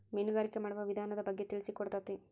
ಮೇನುಗಾರಿಕೆ ಮಾಡುವ ವಿಧಾನದ ಬಗ್ಗೆ ತಿಳಿಸಿಕೊಡತತಿ